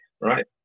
right